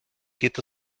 geht